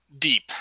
deep